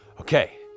Okay